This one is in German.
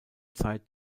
zeit